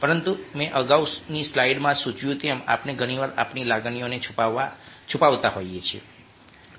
પરંતુ મેં અગાઉ સ્લાઇડમાં સૂચવ્યું તેમ આપણે ઘણી વાર આપણી લાગણીઓને છૂપાવતા હોઈએ છીએ